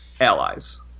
allies